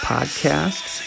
Podcasts